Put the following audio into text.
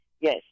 Yes